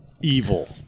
evil